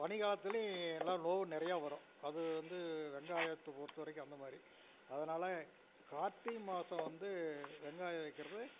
பனிக்காலத்திலையும் எல்லா நோவு நிறையா வரும் அது வந்து வெங்காயத்தை பொறுத்தவரைக்கும் அந்தமாதிரி அதனால் கார்த்திகை மாதம் வந்து வெங்காயம் வைக்கிறது